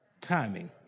Timing